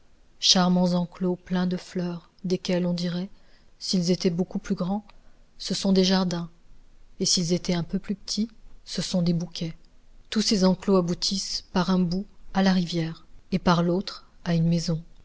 charmants enclos pleins de fleurs desquels on dirait s'ils étaient beaucoup plus grands ce sont des jardins et s'ils étaient un peu plus petits ce sont des bouquets tous ces enclos aboutissent par un bout à la rivière et par l'autre à une maison